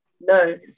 no